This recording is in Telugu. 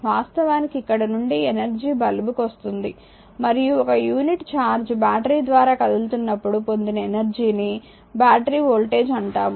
వాస్తవానికి ఇక్కడ నుండి ఎనర్జీ బల్బ్ కి వస్తుంది మరియు ఒక యూనిట్ ఛార్జ్ బ్యాటరీ ద్వారా కదులుతునప్పుడు పొందిన ఎనర్జీ ని బ్యాటరీ వోల్టేజ్ అంటాము